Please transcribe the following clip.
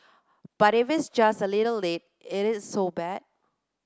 but if it's just a little late is it so bad